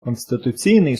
конституційний